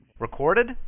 Recorded